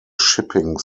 shipping